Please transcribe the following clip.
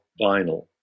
vinyl